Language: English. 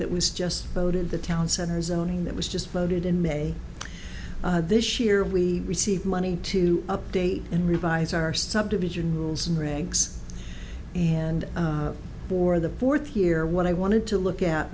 that was just voted the town center zoning that was just voted in may this year we received money to update and revise our subdivision rules and regs and for the fourth year what i wanted to look at